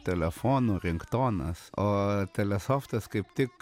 telefonų ring tonas o telesoftas kaip tik